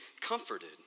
comforted